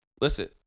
Listen